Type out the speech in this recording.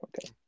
okay